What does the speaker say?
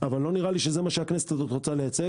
אבל לא נראה לי שזה מה שהכנסת הזו רוצה לייצג